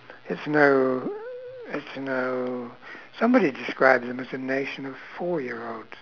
it's no it's no somebody described them as a nation of four year olds